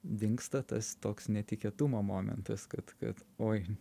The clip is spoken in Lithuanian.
dingsta tas toks netikėtumo momentas kad kad oi